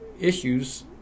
issues